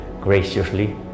graciously